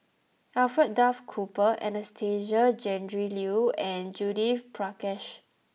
Alfred Duff Cooper Anastasia Tjendri Liew and Judith Prakash